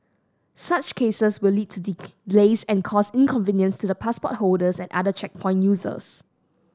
such cases will lead to and cause inconvenience to the passport holders and other checkpoint users